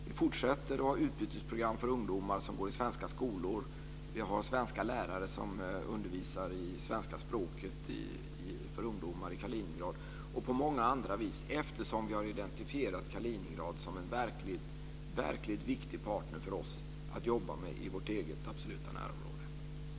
Vi fortsätter med utbytesprogram för ungdomar som går i svenska skolor. Vi har svenska lärare som undervisar ungdomar i Kaliningrad i svenska språket. Vi jobbar också på många andra vis, eftersom vi har identifierat Kaliningrad som en verkligt viktig partner för Sverige att jobba med i vårt eget absoluta närområde.